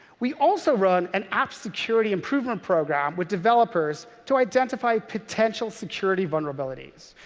we also run an app security improvement program with developers to identify potential security vulnerabilities.